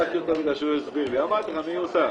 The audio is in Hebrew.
מי נגד?